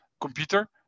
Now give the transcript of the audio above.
computer